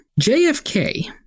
JFK